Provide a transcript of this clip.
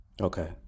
Okay